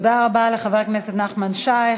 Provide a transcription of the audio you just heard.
תודה רבה לחבר הכנסת נחמן שי.